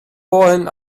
vorhin